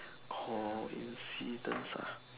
coincidence ah